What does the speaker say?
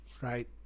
right